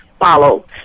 follow